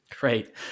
Great